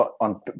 on